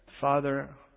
Father